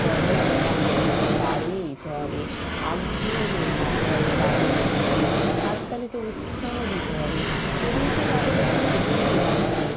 প্রবণতাটা আমাদেরকে বাড়িয়ে দিতে হবে আগ্রহ জন্মাতে হবে তাদের মধ্যে হাততালিতে উৎসাহ দিতে হবে তবেই তো তাদেরকে সুযোগ দেওয়া হবে